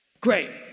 Great